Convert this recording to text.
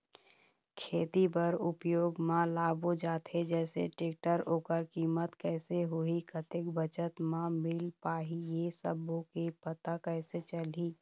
खेती बर उपयोग मा लाबो जाथे जैसे टेक्टर ओकर कीमत कैसे होही कतेक बचत मा मिल पाही ये सब्बो के पता कैसे चलही?